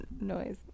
noise